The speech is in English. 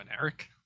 Eric